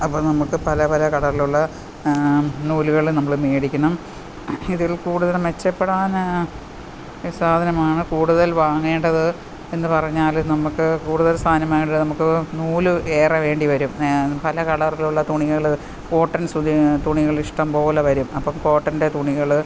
അപ്പം നമ്മൾക്ക് പല പല കളറിലുള്ള നൂലുകൾ നമ്മൾ മേടിക്കണം ഇതിൽ കൂടുതലും മെച്ചപ്പെടാൻ സാധനമാണ് കൂടുതൽ വാങ്ങേണ്ടത് എന്ന് പറഞ്ഞാൽ നമ്മൾക്ക് കൂടുതൽ സാധനമായിട്ട് നമ്മൾക്ക് നൂല് ഏറെ വേണ്ടി വരും പല കളറിലുള്ള തുണികൾ കോട്ടൺ തുണികൾ ഇഷ്ടം പോലെ വരും അപ്പം കോട്ടൻ്റെ തുണികൾ